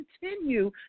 continue